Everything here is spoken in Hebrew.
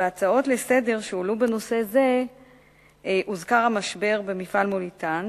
בהצעות לסדר-היום שהועלו בנושא הזה הוזכר המשבר במפעל "מוליתן".